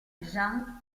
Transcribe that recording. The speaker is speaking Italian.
jean